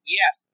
Yes